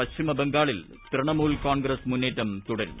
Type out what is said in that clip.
പശ്ചിമബംഗാളിൽ തൃണമൂൽ കോൺഗ്രസ്സ് മുന്നേറ്റം തുടരുന്നു